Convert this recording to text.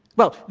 well,